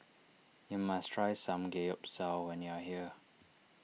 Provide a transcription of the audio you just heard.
you must try Samgeyopsal when you are here